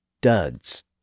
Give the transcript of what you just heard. duds